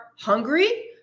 hungry